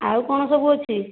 ଆଉ କ'ଣ ସବୁ ଅଛି